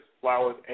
flowers